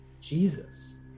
Jesus